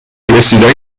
رسیدن